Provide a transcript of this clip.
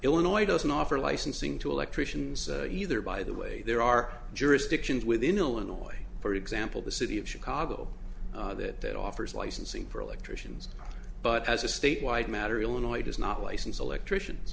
illinois doesn't offer licensing to electricians either by the way there are jurisdictions within illinois for example the city of chicago that that offers licensing for electricians but as a statewide matter illinois does not licensed electricians